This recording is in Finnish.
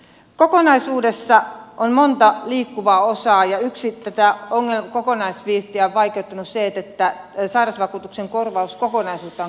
kokonaisuudessa on monta liikkuvaa osaa ja yksi tätä kokonaisvyyhtiä vaikeuttanut asia on se että sairausvakuutuksen korvauskokonaisuutta on käsitelty pilkoittain